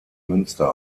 münster